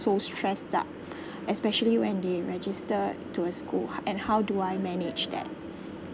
so stress up especially when they register to a school and how do I manage that